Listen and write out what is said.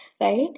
right